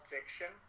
Fiction